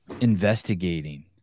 investigating